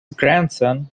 grandson